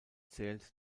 zählt